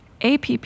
APP